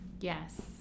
Yes